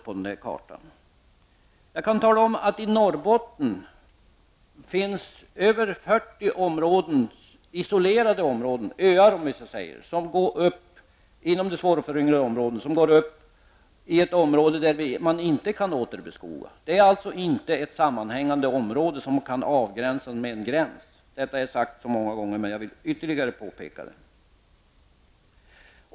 Norrbotten finns över 40 isolerade områden, s.k. öar, inom det svårföryngrade området där man inte kan återbeskoga. Det är intet ett sammanhängande område som kan avskärmas med en gräns. Detta är sagt många gånger, men jag vill påpeka detta ytterligare.